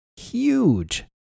huge